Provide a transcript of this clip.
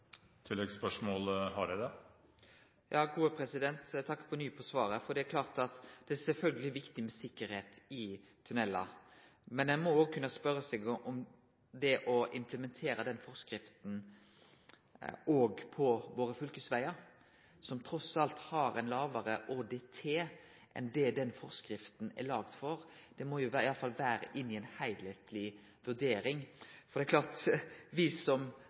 Eg takkar på ny for svaret. Det er sjølvsagt viktig med tryggleik i tunnelar. Men ein må kunne spørje seg om ein bør implementere den forskrifta òg for våre fylkesvegar, som trass alt har ein lågare ÅDT enn det den forskrifta er laga for. Det må i alle fall vere med i ei heilskapleg vurdering. Me som representerer staten her – regjering og storting – gav først vegane til fylka. Så kjem me med ei forskrift som